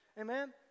Amen